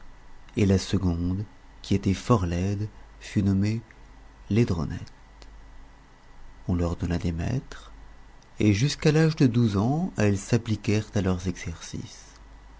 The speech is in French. et la seconde qui était fort laide fut nommée laidronette on leur donna des maîtres et jusqu'à l'âge de douze ans elles s'appliquèrent à leurs exercices